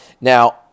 Now